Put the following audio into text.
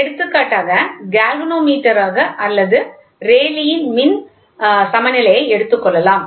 எடுத்துக்காட்டாக கால்வனோமீட்டராக அல்லது ரேலீயின் மின் சமநிலையை எடுத்துக்கொள்ளலாம்